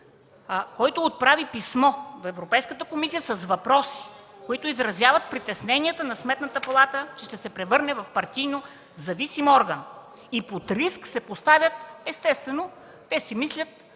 ДПС – отправи писмо до Европейската комисия с въпроси, които изразяват притесненията, че Сметната палата ще се превърне в партийно зависим орган и под риск се поставят – естествено те си мислят